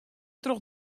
troch